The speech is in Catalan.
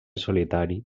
solitari